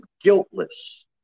guiltless